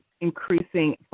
increasing